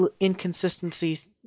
inconsistencies